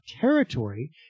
territory